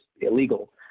illegal